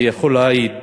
ויכול להעיד